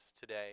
today